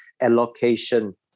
allocation